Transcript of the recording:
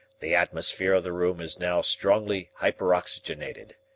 the atmosphere of the room is now strongly hyperoxygenated,